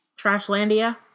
Trashlandia